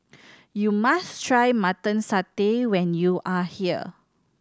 you must try Mutton Satay when you are here